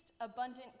abundant